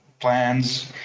plans